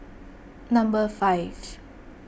number five